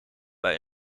bij